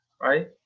right